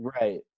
Right